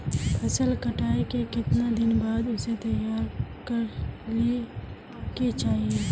फसल कटाई के कीतना दिन बाद उसे तैयार कर ली के चाहिए?